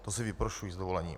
To si vyprošuji, s dovolením.